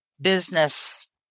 business